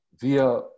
via